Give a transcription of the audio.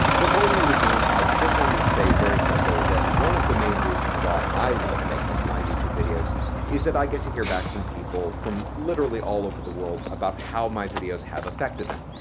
before we resume i just wanted to say very quickly that one of the main reasons why i love making my youtube videos is that i get to hear back from people from literally all over the world about how my videos have affected them.